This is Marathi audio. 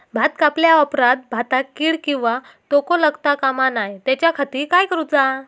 भात कापल्या ऑप्रात भाताक कीड किंवा तोको लगता काम नाय त्याच्या खाती काय करुचा?